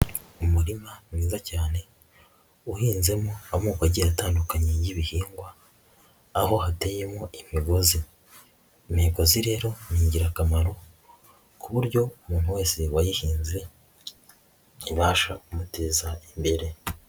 Umurima mwiza cyane, uhinzemo amoko agiye atandukanye y'ibihingwa, aho hateyemo imigozi, imigozi rero ni ingirakamaro, ku buryo umuntu wese wayihinze, ibasha kumuteza imbere.